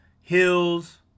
hills